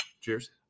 Cheers